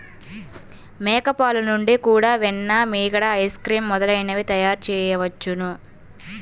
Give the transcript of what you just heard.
మేక పాలు నుండి కూడా వెన్న, మీగడ, ఐస్ క్రీమ్ మొదలైనవి తయారుచేయవచ్చును